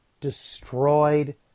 destroyed